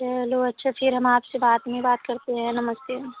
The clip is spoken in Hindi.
चलो अच्छा फिर हम आपसे बाद में बात करते हैं नमस्ते